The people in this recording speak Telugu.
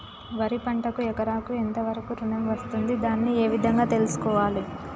వరి పంటకు ఎకరాకు ఎంత వరకు ఋణం వస్తుంది దాన్ని ఏ విధంగా తెలుసుకోవాలి?